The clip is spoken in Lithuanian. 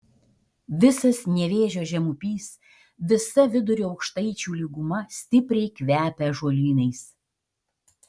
visas nevėžio žemupys visa vidurio aukštaičių lyguma stipriai kvepia ąžuolynais